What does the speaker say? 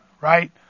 right